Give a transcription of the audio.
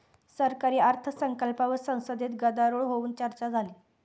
सरकारी अर्थसंकल्पावर संसदेत गदारोळ होऊन चर्चा झाली